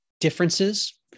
differences